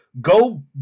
Go